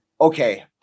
okay